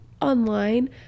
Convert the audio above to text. online